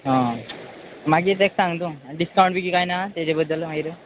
आं मागीर ताका सांग तूं आनी डिस्कावंट बी की कांय ना तेजे बद्दल मागीर